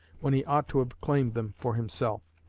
when he ought to have claimed them for himself.